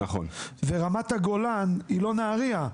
ורמת הגולן היא לא נהריה.